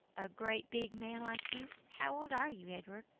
a great big man like you. how old are you, edward?